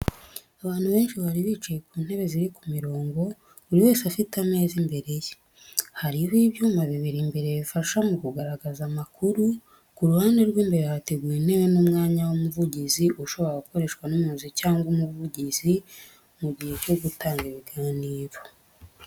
Abantu benshi bari bicaye ku ntebe ziri ku mirongo, buri wese afite ameza imbere ye. Hariho ibyuma bibiri imbere bifasha mu kugaragaza amakuru, ku ruhande rw’imbere hateguwe intebe n’umwanya w’umuvugizi ushobora gukoreshwa n’umuyobozi cyangwa umuvugizi mu gihe cyo gutanga ibiganiro.